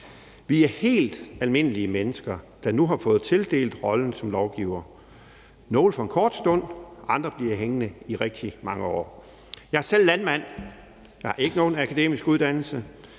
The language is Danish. Vi er helt almindelige mennesker, der nu har fået tildelt rollen som lovgivere, nogle for en kort stund, andre bliver hængende i rigtig mange år. Jeg er selv landmand, og jeg har ikke nogen akademisk uddannelse.